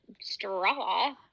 straw